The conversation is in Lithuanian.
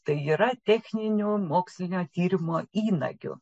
tai yra techniniu mokslinio tyrimo įnagių